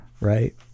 right